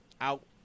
out